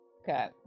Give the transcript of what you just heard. Okay